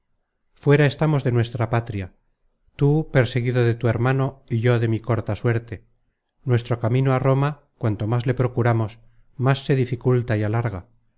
fuera estamos de nuestra patria tú perseguido de tu hermano y yo de mi corta suerte nuestro camino a roma cuanto más le procuramos más se dificulta y alarga